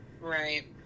Right